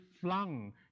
flung